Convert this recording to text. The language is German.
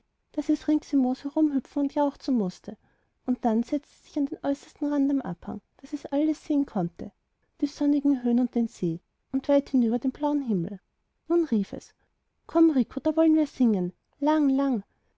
daß es rings im moos herumhüpfen und jauchzen mußte und dann setzte es sich auf den äußersten rand am abhang daß es alles sehen konnte die sonnigen höhen und den see und weit hinüber den blauen himmel nun rief es komm rico da wollen wir singen lang